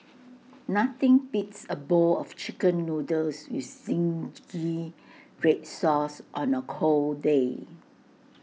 nothing beats A bowl of Chicken Noodles with Zingy Red Sauce on A cold day